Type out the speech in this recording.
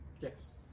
Yes